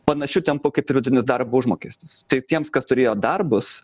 panašiu tempu kaip ir vidutinis darbo užmokestis tai tiems kas turėjo darbus